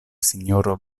sinjoro